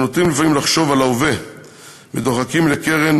אנחנו נוטים לפעמים לחשוב על ההווה ודוחקים לקרן